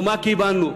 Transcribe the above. ומה קיבלנו?